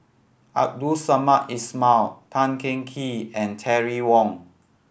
Abdul Samad Ismail Tan Teng Kee and Terry Wong